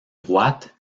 droite